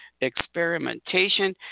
experimentation